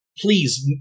please